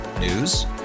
News